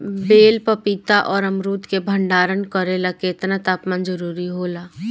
बेल पपीता और अमरुद के भंडारण करेला केतना तापमान जरुरी होला?